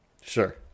Sure